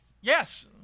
Yes